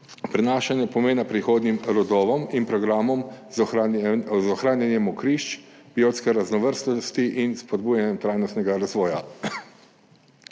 prenašanje pomena prihodnjim rodovom in programom z ohranjanjem mokrišč, biotske raznovrstnosti in spodbujanje trajnostnega razvoja.